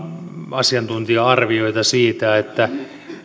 asiantuntija arvioita siitä että